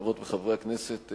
חברות וחברות כנסת,